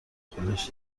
خودش